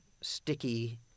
sticky